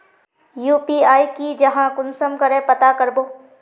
UPI की जाहा कुंसम करे पता करबो?